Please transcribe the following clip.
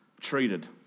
treated